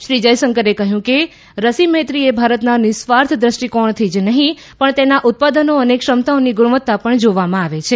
શ્રી જયશંકરે કહ્યું કે રસી મૈત્રીએ ભારતના નિસ્વાર્થ દૃષ્ટિકોણથી જ નહીં પણ તેના ઉત્પાદનો અને ક્ષમતાઓની ગુણવત્તા પણ જોવામાં આવે છે